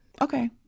Okay